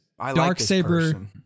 Darksaber